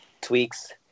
tweaks